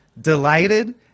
delighted